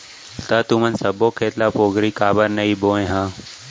त तुमन सब्बो खेत ल पोगरी काबर नइ बोंए ह?